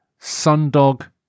sundog